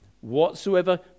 whatsoever